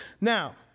Now